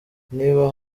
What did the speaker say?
niba